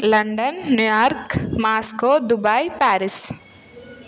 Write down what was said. London New York Moscow Dubai Paris